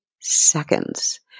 seconds